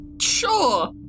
Sure